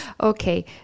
Okay